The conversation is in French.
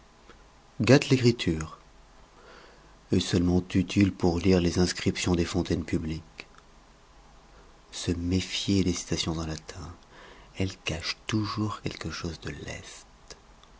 gâte l'écriture est seulement utile pour lire les inscriptions des fontaines publiques se méfier des citations en latin elles cachent toujours quelque chose de leste